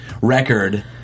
record